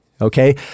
okay